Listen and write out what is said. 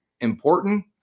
important